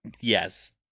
Yes